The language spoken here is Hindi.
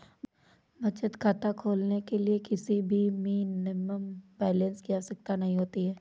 बचत खाता खोलने के लिए किसी भी मिनिमम बैलेंस की आवश्यकता नहीं होती है